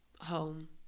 home